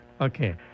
okay